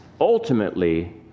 ultimately